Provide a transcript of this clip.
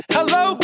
Hello